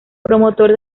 promotor